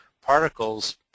particles